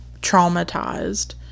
traumatized